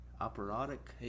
operatic